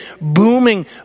booming